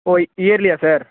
ஓ இயர்லியா சார்